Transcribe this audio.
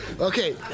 Okay